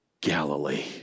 Galilee